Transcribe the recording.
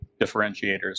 differentiators